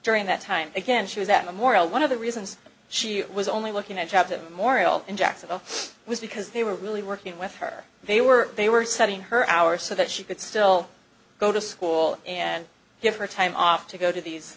during that time again she was at memorial one of the reasons she was only looking at a job to morial in jacksonville was because they were really working with her they were they were setting her hours so that she could still go to school and give her time off to go to these